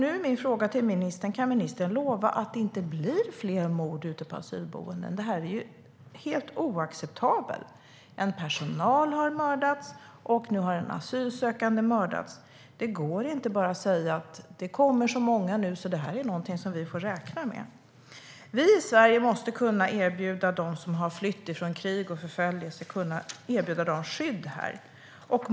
Nu är min fråga till ministern: Kan ministern lova att det inte blir fler mord ute på asylboenden? Det är helt oacceptabelt. En personal har mördats, och nu har en asylsökande mördats. Det går inte att bara säga: Det kommer så många nu att detta är något vi får räkna med. Vi i Sverige måste kunna erbjuda dem som har flytt från krig och förföljelse skydd här.